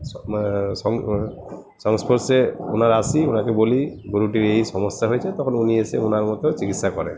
সংস্পর্শে ওনার আসি ওনাকে বলি গরুটির এই এই সমস্যা হয়েছে তখন উনি এসে ওনার মতো চিকিৎসা করেন